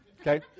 Okay